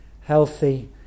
healthy